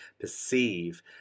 perceive